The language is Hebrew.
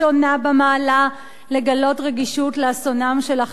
במעלה לגלות רגישות לאסונם של אחרים.